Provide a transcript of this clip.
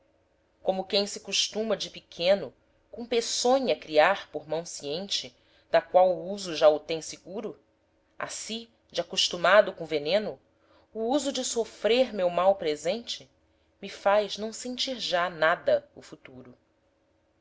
como quem se costuma de pequeno com peçonha criar por mão ciente da qual o uso já o tem seguro assi de acostumado co veneno o uso de sofrer meu mal presente me faz não sentir já nada o futuro